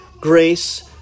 grace